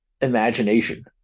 imagination